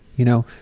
you know,